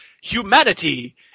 humanity